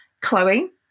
Chloe